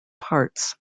parts